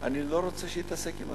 אני לא רוצה שהוא יתעסק עם אנשים.